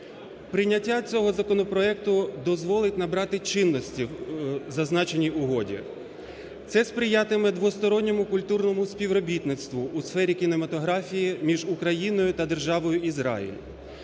Прийняття цього законопроекту дозволить набрати чинності зазначеній угоді. Це сприятиме двосторонньому культурному співробітництву у сфері кінематографії між Україною та державною Ізраїль.